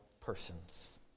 persons